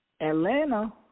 Atlanta